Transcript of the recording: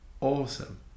awesome